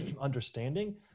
understanding